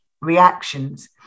reactions